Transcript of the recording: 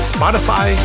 Spotify